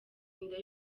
inda